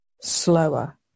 slower